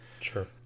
Sure